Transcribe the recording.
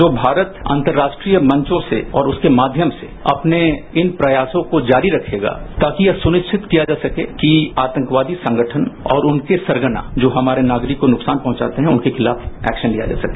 जो भारत अंतर्राष्ट्रीय मंचों से और उसके माध्यम से अपने इन प्रयासों को जारी रखेगा ताकि यह सुनिश्चित किया जा सके कि आतंकवादी संगठन और उनके सरगना जो हमारे नागरिक को नुकसान पहुंचाते है और उनके खिलाफ एक्शन लिया जा सके